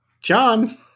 John